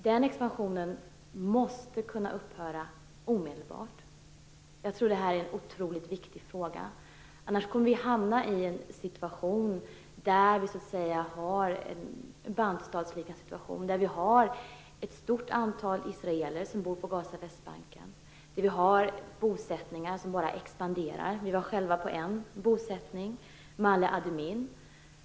Denna expansion måste kunna upphöra omedelbart - jag tror att det här är en otroligt viktig fråga - annars kommer vi att hamna i en bantustatsliknande situation med ett stort antal israeler som bor på Västbanken och Gaza och med bosättningar som bara expanderar. Vi var själva på en bosättning, Male Adumin.